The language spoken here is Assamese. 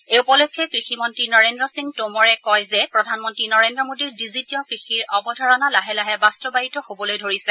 এই উপলক্ষে কৃষিমল্পী নৰেন্দ্ৰ সিং টোমৰে কয় যে প্ৰধানমন্ত্ৰী নৰেন্দ্ৰ মোডীৰ ডিজিটিঅ' কৃষিৰ অৱধাৰণা লাহে লাহে বাস্তৱায়িত হ'বলৈ ধৰিছে